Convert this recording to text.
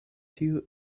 tiu